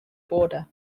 border